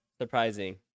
surprising